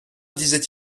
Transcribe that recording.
disait